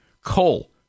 coal